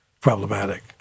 problematic